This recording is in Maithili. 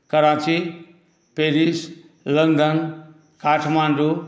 Karachi Paris London Kathmandu